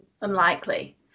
unlikely